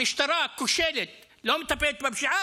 המשטרה הכושלת לא מטפלת בפשיעה,